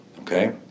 okay